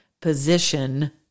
position